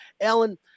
alan